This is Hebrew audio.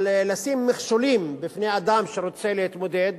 אבל לשים מכשולים בפני אדם שרוצה להתמודד